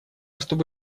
чтобы